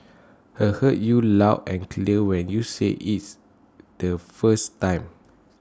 I heard you loud and clear when you said IT the first time